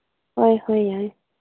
ꯍꯣꯏ ꯍꯣꯏ ꯌꯥꯏ